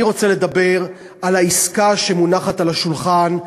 אני רוצה לדבר על העסקה שמונחת על השולחן,